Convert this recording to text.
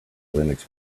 linux